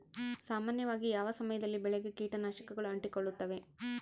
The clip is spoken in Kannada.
ಸಾಮಾನ್ಯವಾಗಿ ಯಾವ ಸಮಯದಲ್ಲಿ ಬೆಳೆಗೆ ಕೇಟನಾಶಕಗಳು ಅಂಟಿಕೊಳ್ಳುತ್ತವೆ?